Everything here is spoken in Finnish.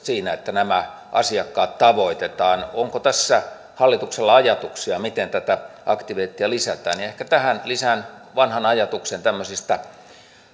siinä että nämä asiakkaat tavoitetaan onko tässä hallituksella ajatuksia miten tätä aktiviteettia lisätään ehkä tähän lisään vanhan ajatuksen tämmöisistä